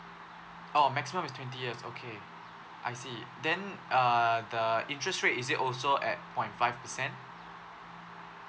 oh maximum is twenty years okay I see then uh the interest rate is it also at point five percent